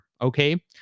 okay